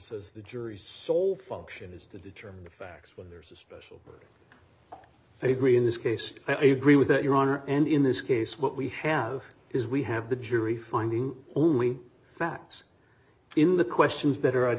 is the jury's sole function is to determine the facts when there's a special they agree in this case i agree with that your honor and in this case what we have is we have the jury finding only facts in the questions that are